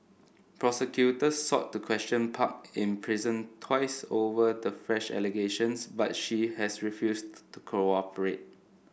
prosecutors sought to question Park in prison twice over the fresh allegations but she has refused to cooperate